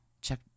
Check